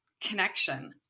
connection